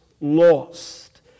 lost